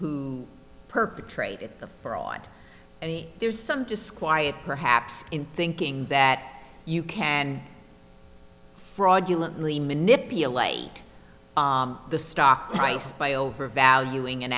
who perpetrated the for on any there's some disquiet perhaps in thinking that you can fraudulently manipulate the stock price by overvaluing an